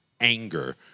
anger